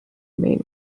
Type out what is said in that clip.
main